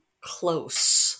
close